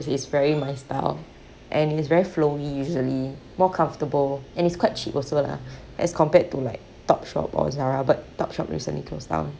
is very my style and is very flowy usually more comfortable and it's quite cheap also lah as compared to like topshop or zara but topshop recently closed down